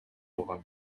алган